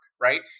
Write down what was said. right